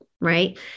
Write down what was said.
right